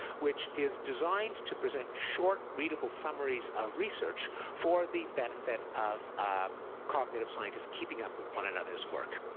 which is designed to present short, readable summaries of research for the benefit of cognitive scientists keeping up with one another's work.